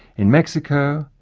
in mexico,